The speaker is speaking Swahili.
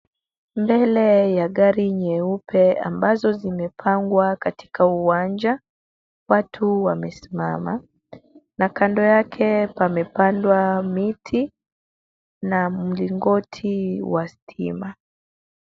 Mbele ya gari nyeupe ambazo zimepangwa katika uwanja. Watu wamesimama na kando yake pamepandwa miti na mlingoti wa stima.